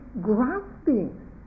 grasping